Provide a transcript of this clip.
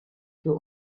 für